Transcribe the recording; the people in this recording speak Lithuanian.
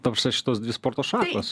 ta prasme šitos dvi sporto šakos